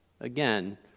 Again